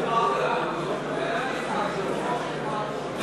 בל"ד רע"ם-תע"ל-מד"ע חד"ש להביע אי-אמון בממשלה לא נתקבלה.